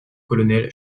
colonel